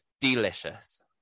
delicious